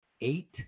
eight